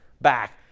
back